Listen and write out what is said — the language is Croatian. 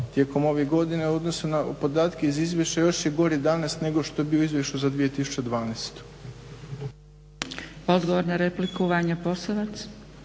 tijekom ovih godina i u odnosu na podatke iz Izvješća još je gore danas nego što je bilo u Izvješću za 2012.